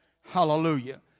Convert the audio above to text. Hallelujah